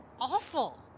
awful